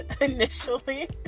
initially